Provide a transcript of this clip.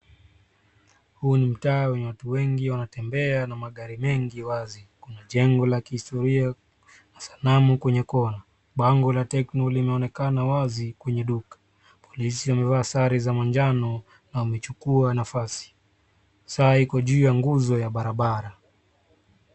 Huu ni mtaa wenye watu wengi wanatembea na magari mengi wazi. Kuna jengo la kihistoiria na sanamu kwenye kona. Bango la tekno limeonekana wazi kwenye duka. Polisi wamevaa sare za manjano na wamechukua nafasi. saa iko juu ya nguzo ya barabara.